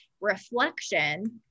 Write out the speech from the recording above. reflection